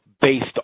based